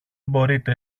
μπορείτε